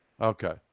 Okay